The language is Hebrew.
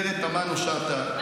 גב' תמנו שטה,